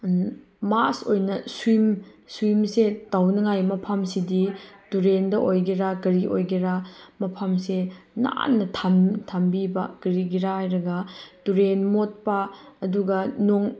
ꯃꯥꯁ ꯑꯣꯏꯅ ꯁ꯭ꯋꯤꯝ ꯁ꯭ꯋꯤꯝꯁꯦ ꯇꯧꯅꯤꯡꯉꯥꯏ ꯃꯐꯝꯁꯤꯗꯤ ꯇꯨꯔꯦꯟꯗ ꯑꯣꯏꯒꯦꯔ ꯀꯔꯤ ꯑꯣꯏꯒꯦꯔ ꯃꯐꯝꯁꯦ ꯅꯥꯟꯅ ꯊꯝꯕꯤꯕ ꯀꯔꯤꯒꯤꯔ ꯍꯥꯏꯔꯒ ꯇꯨꯔꯦꯟ ꯃꯣꯠꯄ ꯑꯗꯨꯒ ꯅꯨꯡ